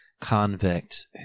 convict